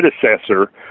predecessor